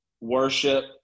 worship